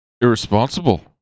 irresponsible